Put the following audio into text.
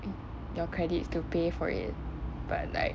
if your credits to pay for it but like